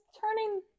turning